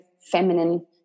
feminine